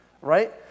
right